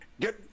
get